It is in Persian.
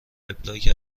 وبلاگ